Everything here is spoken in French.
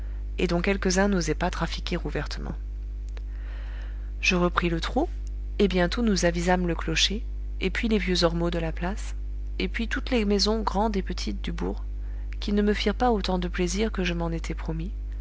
et dont quelques-uns n'osaient pas trafiquer ouvertement je repris le trot et bientôt nous avisâmes le clocher et puis les vieux ormeaux de la place et puis toutes les maisons grandes et petites du bourg qui ne me firent pas autant de plaisir que je m'en étais promis